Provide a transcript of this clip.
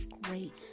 great